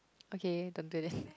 okay don't do this